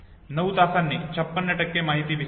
नऊ तासांनी 56 माहिती विसरली